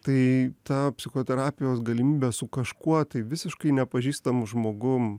tai ta psichoterapijos galimybė su kažkuo tai visiškai nepažįstamu žmogum